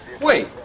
Wait